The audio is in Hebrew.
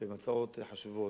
שהן הצעות חשובות.